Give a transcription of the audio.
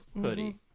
hoodie